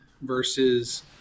versus